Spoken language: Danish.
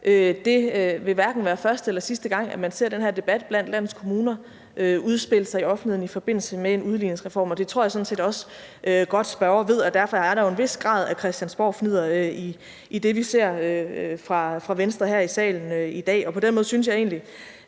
Det vil hverken være første eller sidste gang, man ser den her debat blandt landets kommuner udspille sig i offentligheden i forbindelse med en udligningsreform. Det tror jeg sådan set også godt spørgeren ved, og derfor er der jo en vis grad af Christiansborgfnidder i det, vi ser fra Venstre her i salen i dag. På den måde synes jeg egentlig